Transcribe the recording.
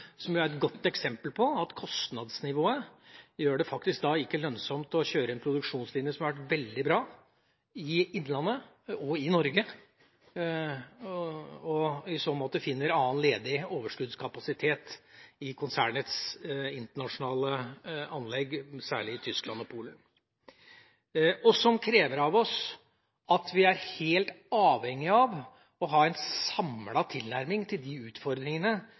er et godt eksempel på at kostnadsnivået ikke gjør det lønnsomt å kjøre en produksjonslinje som har vært veldig bra – i Innlandet og i Norge – og som i så måte finner annen ledig overskuddskapasitet i konsernets internasjonale anlegg, særlig i Tyskland og Polen. Dette krever av oss at vi er helt avhengig av å ha en samlet tilnærming til de utfordringene